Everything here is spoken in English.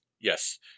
Yes